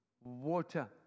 Water